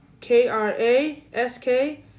k-r-a-s-k